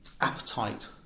appetite